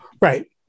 right